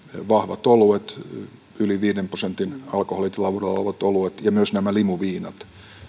vahvat yli viisi prosenttia alkoholitilavuudeltaan olevat oluet ja myös nämä limuviinat